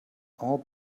all